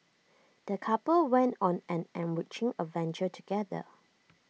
the couple went on an enriching adventure together